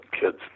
kids